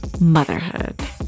motherhood